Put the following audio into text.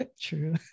True